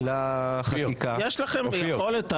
יש לכם את היכולת,